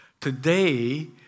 today